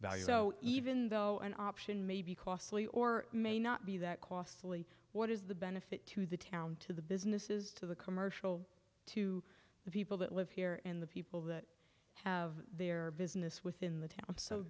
value so even though an option may be costly or may not be that costly what is the benefit to the town to the businesses to the commercial to the people that live here and the people that have their business within the town so